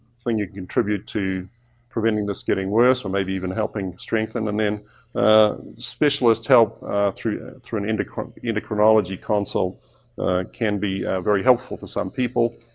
thing you can contribute to prevent this getting worse or maybe even helping strengthen. and then specialist help through through an endocrinology endocrinology consult can be very helpful for some people.